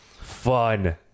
Fun